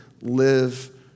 live